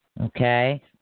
Okay